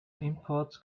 imports